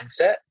mindset